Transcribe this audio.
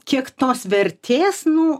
kiek tos vertės nu